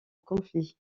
conflit